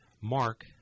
Mark